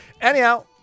Anyhow